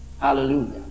hallelujah